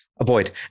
avoid